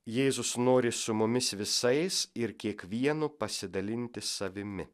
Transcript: jėzus nori su mumis visais ir kiekvienu pasidalinti savimi